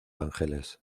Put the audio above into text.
ángeles